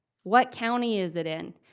what county is it in?